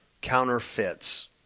counterfeits